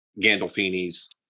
Gandolfini's